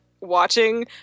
watching